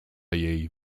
jej